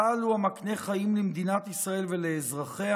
צה"ל הוא המקנה חיים למדינת ישראל ולאזרחיה,